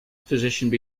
positioned